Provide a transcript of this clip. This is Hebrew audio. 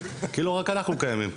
כאילו רק אנחנו קיימים.